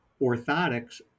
orthotics